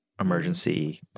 emergency